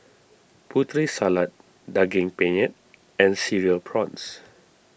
Putri Salad Daging Penyet and Cereal Prawns